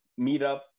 meetup